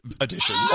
edition